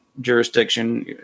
jurisdiction